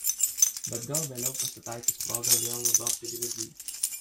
bet gal vėliau pasitaikys proga vėl nudobti grizlį